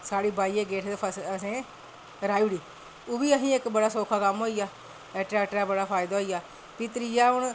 साढ़ी बाहियै गेई उठी ते असें राही ओड़ी ते ओह्बी असें इक्क सौखा कम्म होइया ते ट्रैक्टरे दा बड़ा फायदा होइया भी त्रीआ हून